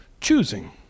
choosing